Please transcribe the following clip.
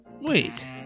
wait